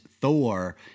thor